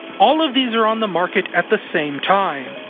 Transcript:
all of these are on the market at the same time,